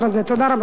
תודה.